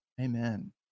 Amen